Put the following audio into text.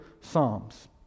Psalms